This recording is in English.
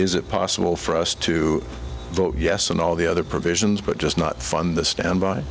is it possible for us to vote yes on all the other provisions but just not fund the standby